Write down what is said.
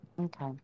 Okay